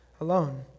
alone